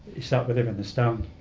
he sat with him in the stand.